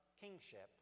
kingship